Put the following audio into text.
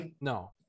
No